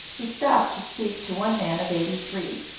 he stopped to speak to one man of eighty-three,